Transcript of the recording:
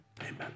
Amen